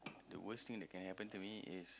the worst thing that can happen to me is